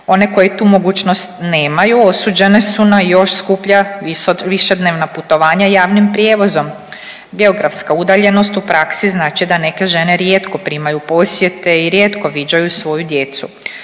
One koje tu mogućnost nemaju osuđene su na još skuplja višednevna putovanja javnim prijevozom. Geografska udaljenost u praksi znači da neke žene rijetko primaju posjete i rijetko viđaju svoju djecu.